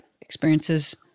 experiences